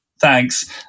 thanks